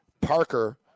Parker